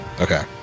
Okay